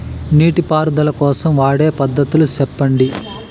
నీటి పారుదల కోసం వాడే పద్ధతులు సెప్పండి?